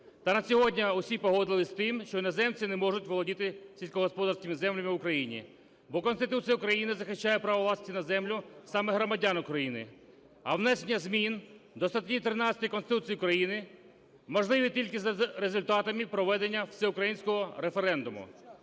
Та на сьогодні всі погодились з тим, що іноземці не можуть володіти сільськогосподарськими землями в Україні. Бо Конституція України захищає право власності на землю саме громадян України, а внесення змін до статті 13 Конституції України можливі тільки за результатами проведення всеукраїнського референдуму.